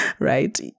right